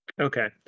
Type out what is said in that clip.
Okay